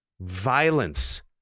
violence